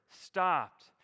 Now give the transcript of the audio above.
stopped